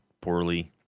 poorly